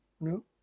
No